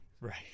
Right